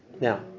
Now